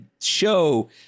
show